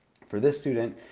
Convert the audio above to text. for this student,